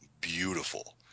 beautiful